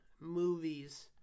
movies